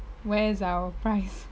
where's our prize